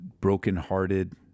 brokenhearted